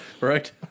Right